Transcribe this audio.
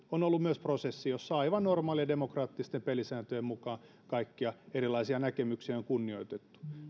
on ollut prosessi jossa aivan normaalien demokraattisten pelisääntöjen mukaan kaikkia erilaisia näkemyksiä on kunnioitettu